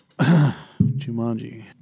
Jumanji